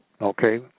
Okay